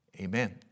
amen